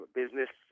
business